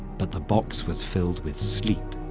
but the box was filled with sleep,